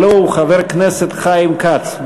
הלוא הוא חבר הכנסת חיים כץ.